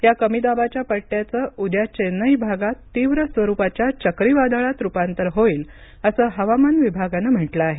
या कमी दाबाच्या पट्ट्याचं उद्या चेन्नई भागात तीव्र स्वरुपाच्या चक्रीवादळात रुपांतर होईल असं हवामान विभागानं म्हटलं आहे